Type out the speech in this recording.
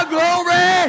Glory